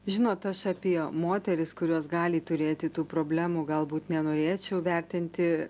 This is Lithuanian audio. žinot aš apie moteris kurios gali turėti tų problemų galbūt nenorėčiau vertinti